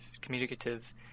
communicative